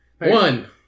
One